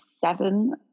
seven